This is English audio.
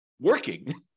working